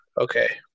Okay